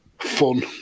fun